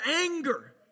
anger